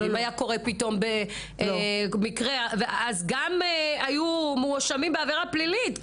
אם היה קורה משהו, הם היו מואשמים בעבירה פלילית.